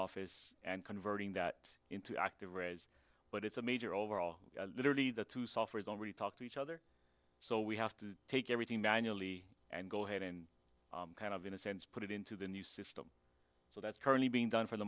office and converting that into active red but it's a major overhaul literally the two softwares already talk to each other so we have to take everything manually and go ahead and kind of in a sense put it into the new system so that's currently being done for the